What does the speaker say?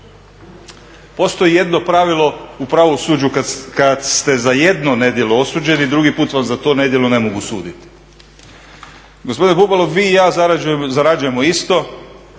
Postoj jedno pravilo u pravosuđu kad ste za jedno nedjelo osuđeni, drugi put vam za to nedjelo ne mogu suditi. Gospodine Bubalo, vi i ja zarađujemo isto,